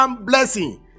Blessing